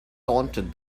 taunted